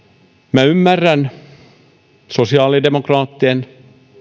minä ymmärrän sosiaalidemokraattien